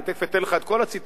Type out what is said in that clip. אני תיכף אתן לך את כל הציטוטים,